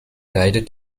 leidet